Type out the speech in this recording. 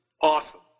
awesome